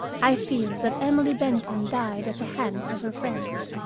i feel that emily benton died at the hands of her friends.